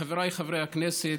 חבריי חברי הכנסת,